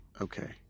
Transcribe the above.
Okay